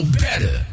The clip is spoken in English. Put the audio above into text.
better